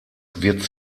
wird